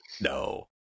no